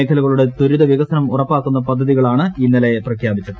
മേഖലകളുടെ ത്വരിത വികസനം ഉറപ്പാക്കുന്ന പദ്ധതികളാണ് ഇന്നലെ പ്രഖ്യാപിച്ചത്